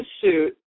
suit